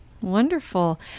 Wonderful